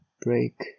break